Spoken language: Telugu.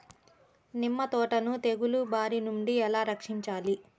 నిమ్మ తోటను తెగులు బారి నుండి ఎలా రక్షించాలి?